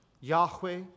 Yahweh